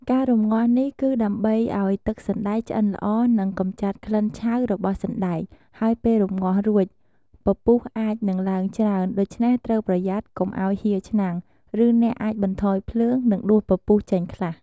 ការរំងាស់នេះគឺដើម្បីឱ្យទឹកសណ្តែកឆ្អិនល្អ និងកម្ចាត់ក្លិនឆៅរបស់សណ្តែក ហើយពេលរំងាស់រួច ពពុះអាចនឹងឡើងច្រើន ដូច្នេះត្រូវប្រយ័ត្នកុំឱ្យហៀរឆ្នាំង ឬអ្នកអាចបន្ថយភ្លើង និងដួសពពុះចេញខ្លះ។